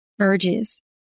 urges